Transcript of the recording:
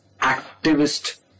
activist